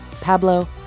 Pablo